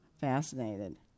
fascinated